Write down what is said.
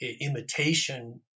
imitation